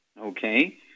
Okay